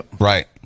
right